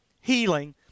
healing